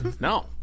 No